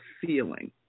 feeling